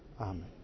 Amen